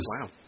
Wow